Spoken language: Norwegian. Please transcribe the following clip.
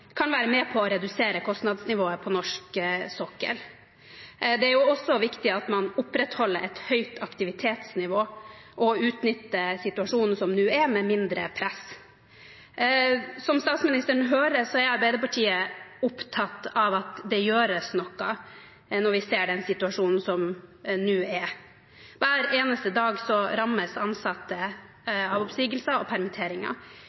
kan være med på å redusere kostnadsnivået på norsk sokkel. Det er også viktig at man opprettholder et høyt aktivitetsnivå og utnytter den situasjonen som nå er, med mindre press. Som statsministeren hører, er Arbeiderpartiet opptatt av at det gjøres noe når vi ser den situasjonen som nå er. Hver eneste dag rammes ansatte av oppsigelser og permitteringer.